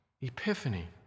epiphany